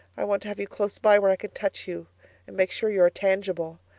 i want to have you close by where i can touch you and make sure you are tangible.